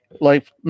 life